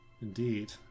Indeed